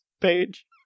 page